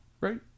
Right